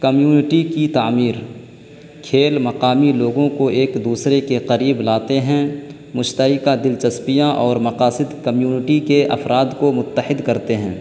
community کی تعمیر کھیل مقامی لوگوں کو ایک دوسرے کے قریب لاتے ہیں مشترکہ دلچسپیاں اور مقاصد کمیونٹی کے افراد کو متحد کرتے ہیں